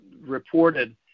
reported